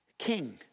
king